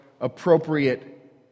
appropriate